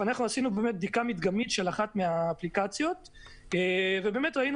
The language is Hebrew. אנחנו עשינו בדיקה מדגמית של אחת מהאפליקציות ובאמת ראינו